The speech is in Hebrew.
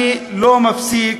אני לא מפסיק